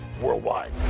worldwide